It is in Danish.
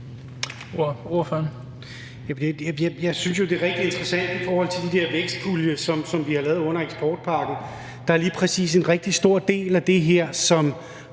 Jeg synes jo, det er rigtig interessant i forhold til den der vækstpulje, som vi har lavet under eksportpakken. Der er lige præcis en rigtig stor del af det her, som